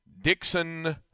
Dixon